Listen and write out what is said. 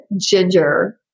ginger